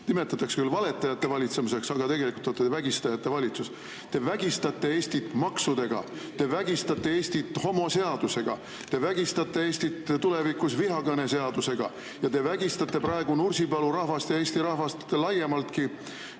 Nimetatakse küll valetajate valitsuseks, aga tegelikult olete te vägistajate valitsus. Te vägistate Eestit maksudega, te vägistate Eestit homoseadusega, te vägistate Eestit tulevikus vihakõneseadusega ja te vägistate praegu Nursipalu rahvast ja Eesti rahvast laiemaltki